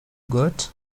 got